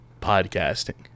podcasting